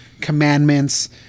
commandments